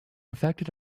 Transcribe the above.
affected